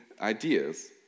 ideas